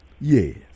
Yes